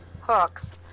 hooks